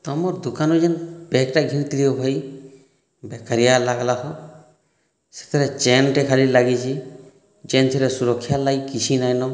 ତମର୍ ଦୁକାନରୁ ଯେନ୍ ବେଗ୍ଟା ଘିନିଥିଲି ଓ ଭାଇ ବେକାରିଆ ଲାଗ୍ଲା ହୋ ସେଥିରେ ଚେନ୍ଟେ ଖାଲି ଲାଗିଛି ଯେନ୍ଥିରେ ସୁରକ୍ଷା ଲାଗି କିଛି ନାଇଁନ